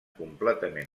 completament